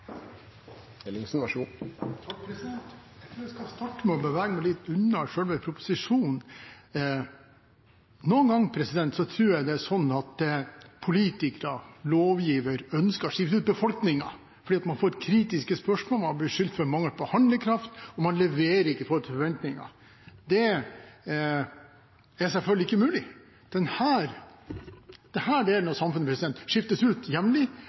Jeg tror jeg skal starte med å bevege meg litt unna selve proposisjonen. Noen ganger tror jeg politikere – lovgivere – hadde ønsket å skifte ut befolkningen, fordi man får kritiske spørsmål, man blir beskyldt for mangel på handlekraft, og man leverer ikke i forhold til forventninger. Det er selvfølgelig ikke mulig. Denne delen av samfunnet skiftes ut